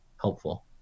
helpful